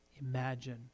imagine